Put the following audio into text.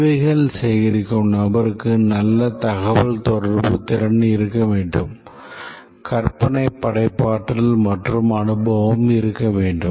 தேவைகள் சேகரிக்கும் நபருக்கு நல்ல தகவல்தொடர்பு திறன் இருக்க வேண்டும் கற்பனை படைப்பாற்றல் மற்றும் அனுபவம் இருக்க வேண்டும்